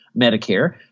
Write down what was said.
Medicare